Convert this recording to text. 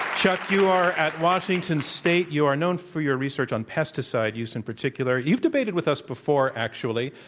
chuck, you are at washington state. you are known for your research on pesticide use in particular. you've debated with us before actually.